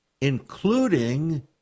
including